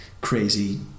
crazy